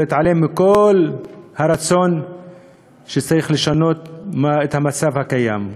להתעלם מכל הרצון והצורך לשנות את המצב הקיים.